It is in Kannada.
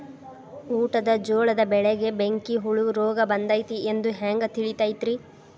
ಊಟದ ಜೋಳದ ಬೆಳೆಗೆ ಬೆಂಕಿ ಹುಳ ರೋಗ ಬಂದೈತಿ ಎಂದು ಹ್ಯಾಂಗ ತಿಳಿತೈತರೇ?